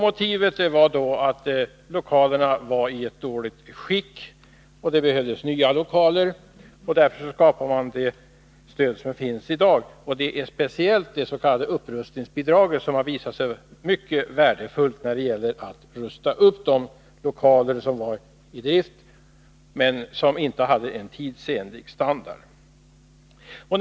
Motivet var att lokalerna var i dåligt skick och att det behövdes nya lokaler. Speciellt har det s.k. upprustningsbidraget visat sig vara mycket värdefullt. Med hjälp av det bidraget kunde lokaler som var i drift men inte hade tidsenlig standard rustas upp.